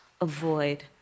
avoid